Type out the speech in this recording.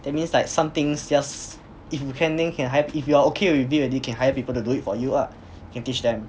that means like some things just if you can then can hire if you are okay with it already then can hire people to do it for you lah can teach them